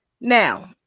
now